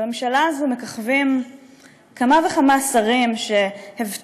בממשלה הזו מככבים כמה וכמה שרים שהבטיחו